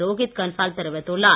ரோகித் கன்சால் தெரிவித்துள்ளார்